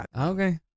Okay